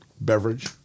beverage